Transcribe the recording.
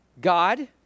God